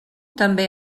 també